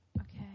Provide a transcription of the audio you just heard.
Okay